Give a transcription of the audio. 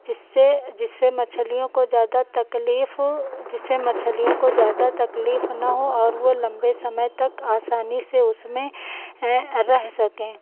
जिससे जिससे मछलियों को ज़्यादा तकलीफ जिससे मछलियों को ज़्यादा तकलीफ न हो और वो लम्बे समय तक आसानी से उसमें रह सकें